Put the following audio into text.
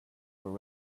were